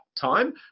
time